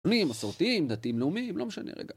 מסורתיים, דתיים-לאומיים, לא משנה, רגע.